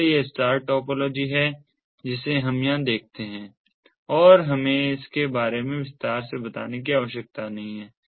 इसलिए यह star topology है जिसे हम यहां देखते हैं और हमें इसके बारे में विस्तार से बताने की आवश्यकता नहीं है